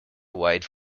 wide